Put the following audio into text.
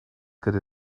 gyda